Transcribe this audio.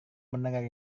mendengar